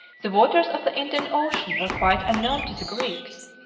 the waters of the indian ocean were quite unknown to the greeks,